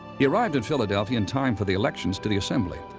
he arrived in philadelphia in time for the elections to the assembly.